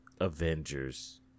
Avengers